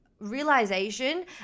realization